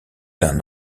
d’un